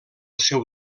seu